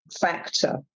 factor